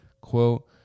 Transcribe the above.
quote